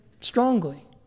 strongly